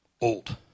old